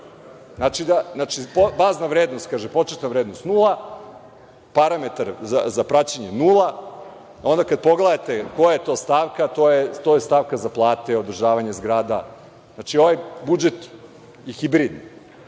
Znači, bazna vrednost kaže, početna vrednost nula, parametar za praćenje nula, onda kad pogledate koja je to stavka, to je stavka za plate, za održavanje zgrada. Znači, ovaj budžet je hibrid.